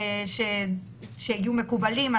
שיהיו מקובלים,